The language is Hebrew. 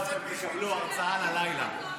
עכשיו באמת --- עכשיו תקבלו הרצאה ללילה.